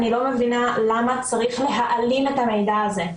אני לא מבינה למה צריך להעלים את המידע הזה.